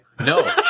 No